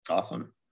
Awesome